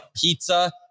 Pizza